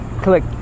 Click